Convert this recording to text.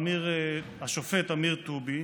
השופט אמיר טובי,